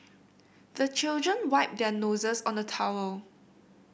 the children wipe their noses on the towel